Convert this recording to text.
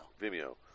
Vimeo